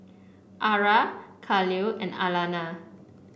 ara Kahlil and Alana